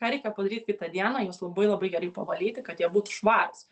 ką reikia padaryt kitą dieną juos labai labai gerai pavalyti kad jie būtų švarūs